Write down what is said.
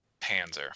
Panzer